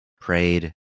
prayed